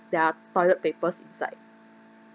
there are toilet papers inside